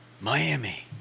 Miami